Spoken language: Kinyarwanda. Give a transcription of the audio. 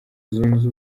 zunze